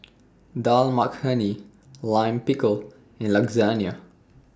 Dal Makhani Lime Pickle and Lasagne